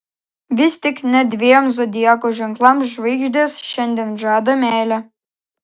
vis tik net dviem zodiako ženklams žvaigždės šiandien žadą meilę